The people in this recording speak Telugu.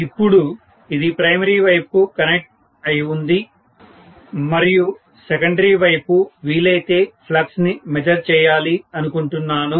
ఇప్పుడు ఇది ప్రైమరీ వైపుకు కనెక్ట్ అయి ఉంది మరియు సెకండరీ వైపు వీలైతే ఫ్లక్స్ ని మెజర్ చేయాలి అనుకుంటున్నాను